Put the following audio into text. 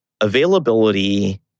availability